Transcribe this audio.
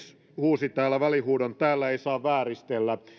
huusi täällä välihuudon täällä ei saa vääristellä